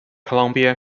columbia